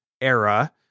era